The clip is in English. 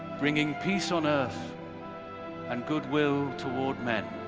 bringing peace on earth and goodwill toward men,